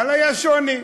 אבל היה שוני,